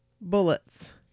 bullets